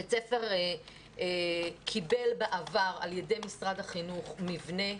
בית הספר קיבל בעבר על ידי משרד החינוך מבנה.